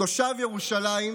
תושב ירושלים,